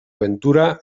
ventura